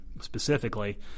specifically